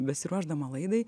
besiruošdama laidai